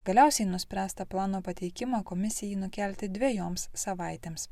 galiausiai nuspręsta plano pateikimą komisijai nukelti dvejoms savaitėms